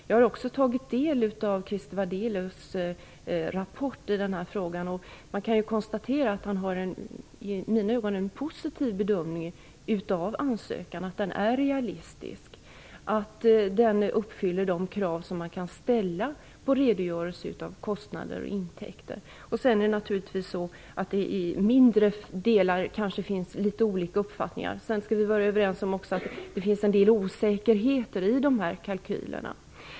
Jag har också tagit del av Krister Wadelius rapport i denna fråga. Man kan konstatera att han gör en i mina ögon positiv bedömning av ansökan och menar att den är realistisk och uppfyller de krav som kan ställas på en redogörelse av kostnader och intäkter. I vissa delar finns det kanske olika uppfattningar. Vi kan vara överens om att det finns en del osäkerheter i kalkylerna.